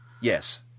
Yes